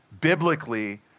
biblically